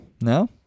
No